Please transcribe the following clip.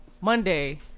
Monday